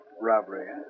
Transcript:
robbery